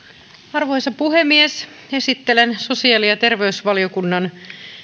arvoisa puhemies esittelen sosiaali ja terveysvaliokunnan